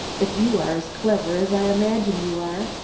if you are as clever as i imagine you are,